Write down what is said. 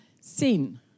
sin